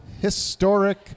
historic